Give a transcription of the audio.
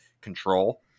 control